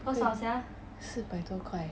四百多块